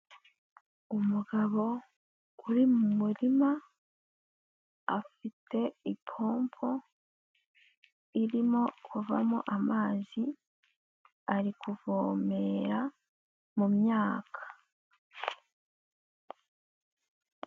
Umugabo uri mu murima, afite ipompo irimo kuvamo amazi, ari kuvomera mu myaka.